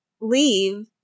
leave